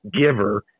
giver